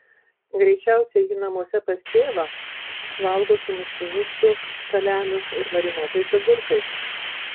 greičiausiai ji namuose pas tėvą valgo sumuštinius su saliamiu ir marinuotais agurkais